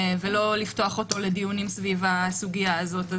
ולא לפתוח אותו לדיונים סביב הסוגיה הזאת.